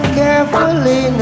carefully